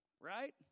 Right